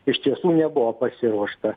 iš tiesų nebuvo pasiruošta